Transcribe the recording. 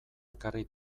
ekarri